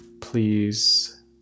please